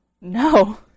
No